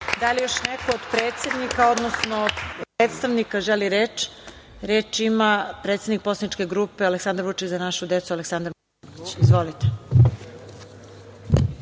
li još neko od predsednika, odnosno od predstavnika želi reč? (Da.)Reč ima predsednik poslaničke grupe Aleksandar Vučić – Za našu decu Aleksandar Martinović. Izvolite.